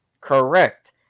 Correct